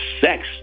sex